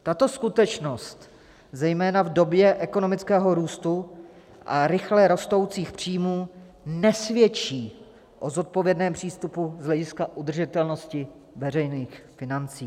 Tato skutečnost zejména v době ekonomického růstu a rychle rostoucích příjmů nesvědčí o zodpovědném přístupu z hlediska udržitelnosti veřejných financí.